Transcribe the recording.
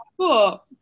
Cool